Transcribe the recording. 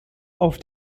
auf